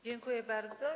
Dziękuję bardzo.